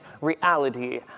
reality